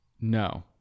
No